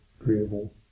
agreeable